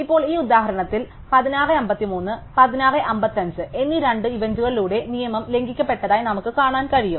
ഇപ്പോൾ ഈ ഉദാഹരണത്തിൽ 1653 1655 എന്നീ രണ്ട് ഇവന്റുകളിലൂടെ നിയമം ലംഘിക്കപ്പെട്ടതായി നമുക്ക് കാണാൻ കഴിയും